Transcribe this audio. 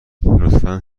لطفا